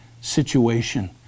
situation